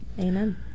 Amen